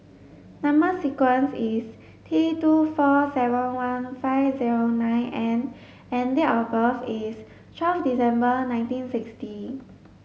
number sequence is T two four seven one five zero nine N and date of birth is twelfth December nineteen sixty